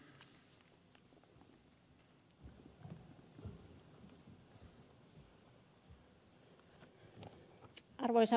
arvoisa puhemies